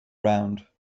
round